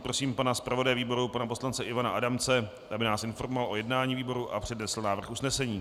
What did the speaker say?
Prosím zpravodaje výboru pana poslance Ivana Adamce, aby nás informoval o jednání výboru a přednesl návrh usnesení.